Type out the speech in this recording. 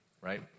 right